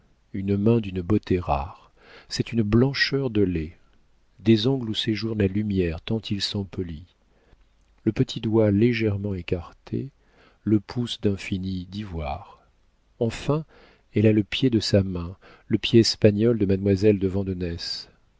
une main d'une beauté rare c'est une blancheur de lait des ongles où séjourne la lumière tant ils sont polis le petit doigt légèrement écarté le pouce d'un fini d'ivoire enfin elle a le pied de sa main le pied espagnol de mademoiselle de